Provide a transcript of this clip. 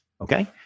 Okay